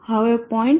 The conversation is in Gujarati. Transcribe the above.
હવે 0